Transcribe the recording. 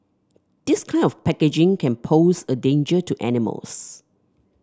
this kind of packaging can pose a danger to animals